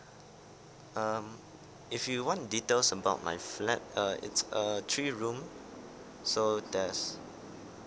um if you want details about my flat uh it's a three room so there's